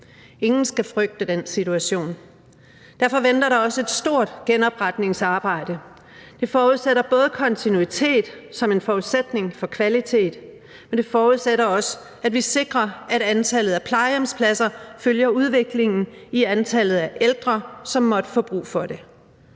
Ingen skal frygte den situation. Derfor venter der også et stort genopretningsarbejde. Det forudsætter både kontinuitet som en forudsætning for kvalitet, og det forudsætter også, at vi sikrer, at antallet af plejehjemspladser følger udviklingen i antallet af ældre, som måtte få brug for det.